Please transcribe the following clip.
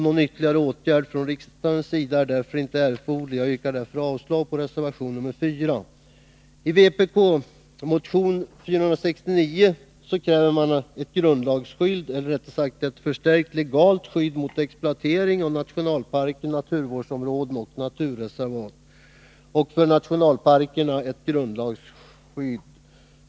Någon ytterligare åtgärd från riksdagens sida är därför inte erforderlig, varför jag yrkar avslag på reservation nr 4. I vpk-motionen nr 469 kräver man ett förstärkt legalt skydd mot exploatering av nationalparker, naturvårdsområden och naturreservat samt för nationalparkerna ett grundlagsskydd.